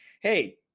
Hey